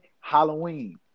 Halloween